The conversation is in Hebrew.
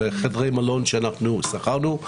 לחדרי מלון שאנחנו שכרנו.